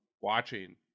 watching